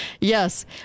Yes